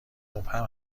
مبهم